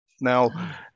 Now